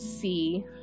see